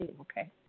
okay